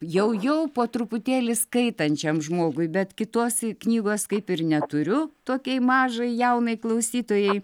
jau jau po truputėlį skaitančiam žmogui bet kitos knygos kaip ir neturiu tokiai mažai jaunai klausytojai